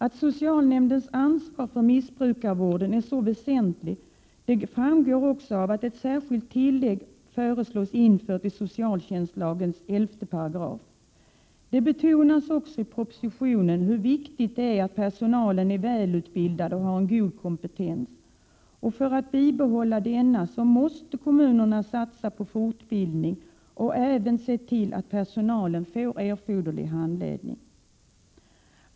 Att socialnämndens ansvar för missbrukarvården är så väsentligt framgår också av att ett särskilt tillägg föreslås infört i socialtjänstlagens 11 §. Det betonas också i propositionen hur viktigt det är att personalen är välutbildad och har en god kompetens. För att bibehålla denna måste kommunerna satsa på fortbildning och även se till att personalen får erforderlig handledning.